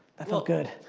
that felt good.